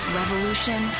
revolution